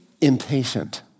impatient